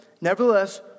Nevertheless